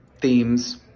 themes